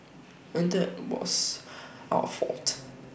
and that was our fault